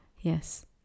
Yes